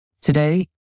Today